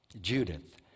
Judith